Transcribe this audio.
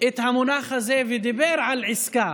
את המונח הזה ודיבר על עסקה,